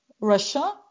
Russia